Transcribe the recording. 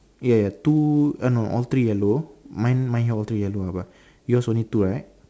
ya ya two uh no all three yellow mine mine all three yellow ah but yours only two right